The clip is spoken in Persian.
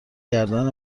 گردن